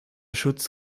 schutz